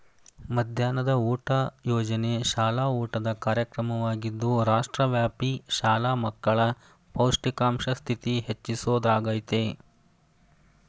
ಮಧ್ಯಾಹ್ನದ ಊಟ ಯೋಜನೆ ಶಾಲಾ ಊಟದ ಕಾರ್ಯಕ್ರಮವಾಗಿದ್ದು ರಾಷ್ಟ್ರವ್ಯಾಪಿ ಶಾಲಾ ಮಕ್ಕಳ ಪೌಷ್ಟಿಕಾಂಶ ಸ್ಥಿತಿ ಹೆಚ್ಚಿಸೊದಾಗಯ್ತೆ